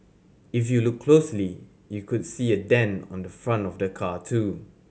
if you look closely you could see a dent on the front of the car too